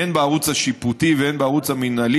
הן בערוץ השיפוטי והן בערוץ המינהלי,